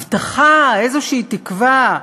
הבטחה, איזושהי תקווה.